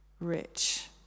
rich